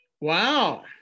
Wow